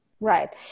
Right